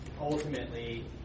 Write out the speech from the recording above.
ultimately